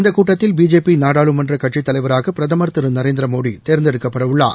இந்த கூட்டத்தில் பிஜேபி நாடாளுமன்ற கட்சித் தலைவராக பிரதமர் திரு நநரேந்திரமோடி தேர்ந்தெடுக்கப்படவுள்ளார்